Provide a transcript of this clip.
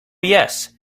yes